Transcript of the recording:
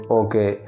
okay